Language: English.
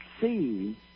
see